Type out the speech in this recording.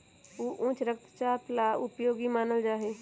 ऊ उच्च रक्तचाप ला उपयोगी मानल जाहई